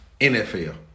NFL